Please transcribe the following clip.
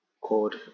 called